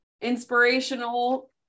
inspirational